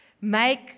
Make